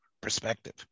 perspective